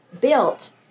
built